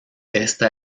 esta